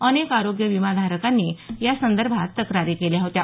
अनेक आरोग्य विमा धारकांनी या संदर्भात तक्रारी केल्या होत्या